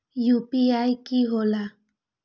UPI कि होला?